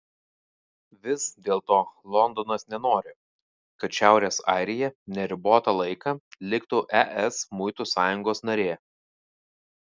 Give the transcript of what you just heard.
vis dėlto londonas nenori kad šiaurės airija neribotą laiką liktų es muitų sąjungos narė